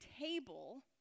table